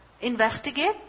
investigate